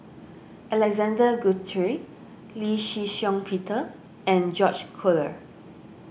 Alexander Guthrie Lee Shih Shiong Peter and George Collyer